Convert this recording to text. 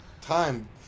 time